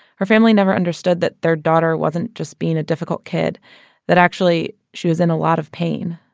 her family never understood that their daughter wasn't just being a difficult kid that actually she was in a lot of pain